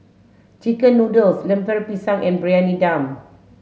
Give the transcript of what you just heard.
chicken noodles Lemper Pisang and Briyani Dum